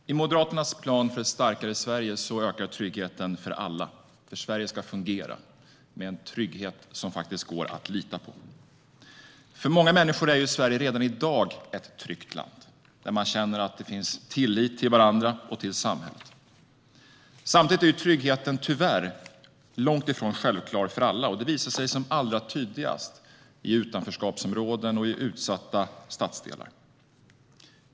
Herr talman! I Moderaternas plan för ett starkare Sverige ökar tryggheten för alla, för Sverige ska fungera, med en trygghet som det faktiskt går att lita på. För många människor är Sverige redan i dag ett tryggt land där man känner att vi har tillit till varandra och till samhället. Samtidigt är dock tryggheten långt ifrån självklar för alla, och det visar sig som allra tydligast i utanförskapsområden och i utsatta stadsdelar.